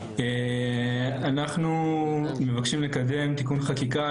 אנחנו מבקשים לקדם תיקון חקיקה,